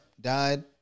died